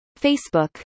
Facebook